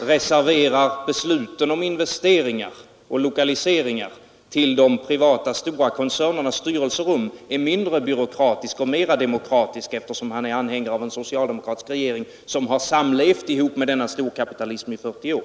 reserverar besluten om investeringar och lokaliseringar till de privata stora koncernernas styrelserum, är mindre byråkratisk och mera demokratisk, eftersom han är anhängare av en socialdemokratisk regering som har sammanlevt med denna storkapitalism i 40 år.